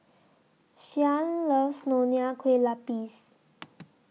Shyann loves Nonya Kueh Lapis